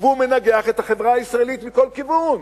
והוא מנגח את החברה הישראלית מכל כיוון.